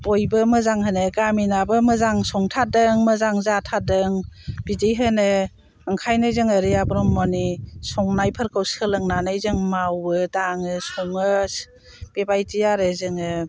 बयबो मोजां होनो गामिनाबो मोजां संथारदों मोजां जाथारदों बिदि होनो ओंखायनो जोङो रिया ब्रह्मनि संनायफोरखौ सोलोंनानै जों मावो दाङो सङो बेबायदि आरो जोङो